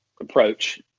approach